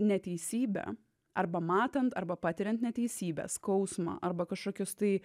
neteisybę arba matant arba patiriant neteisybę skausmą arba kažkokius tai